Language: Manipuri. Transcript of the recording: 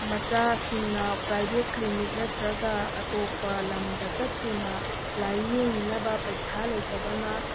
ꯃꯆꯥꯁꯤꯡꯅ ꯄ꯭ꯔꯥꯏꯕꯦꯠ ꯀ꯭ꯂꯤꯅꯤꯛ ꯅꯠꯇ꯭ꯔꯒ ꯑꯇꯣꯞꯄ ꯂꯝꯗ ꯆꯠꯇꯨꯅ ꯂꯥꯏꯌꯦꯡꯅꯕ ꯄꯩꯁꯥ ꯂꯩꯇꯕꯅ